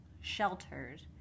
sheltered